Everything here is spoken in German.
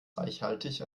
reichhaltig